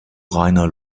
reiner